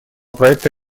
проекта